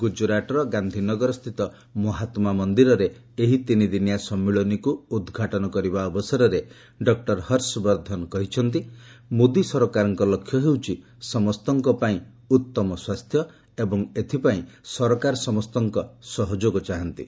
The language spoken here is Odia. ଗୁଜରାଟର ଗାନ୍ଧିନଗରସ୍ଥିତ ମହାତ୍ମା ମନ୍ଦିରରେ ଏହି ତିନିଦିନିଆ ସମ୍ମିଳନୀକୁ ଉଦ୍ଘାଟନ କରିବା ଅବସରରେ ଡକ୍ଟର ହର୍ଷବର୍ଦ୍ଧନ କହିଛନ୍ତି ମୋଦି ସରକାରଙ୍କ ଲକ୍ଷ୍ୟ ହେଉଛି ସମସ୍ତଙ୍କ ପାଇଁ ଉତ୍ତମ ସ୍ୱାସ୍ଥ୍ୟ ଏବଂ ଏଥିପାଇଁ ସରକାର ସମସ୍ତଙ୍କ ସହଯୋଗ ଚାହାନ୍ତି